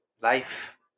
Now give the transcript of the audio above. life